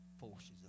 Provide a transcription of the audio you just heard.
Forces